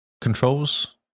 controls